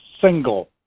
single